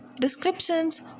Descriptions